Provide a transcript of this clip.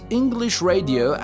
englishradio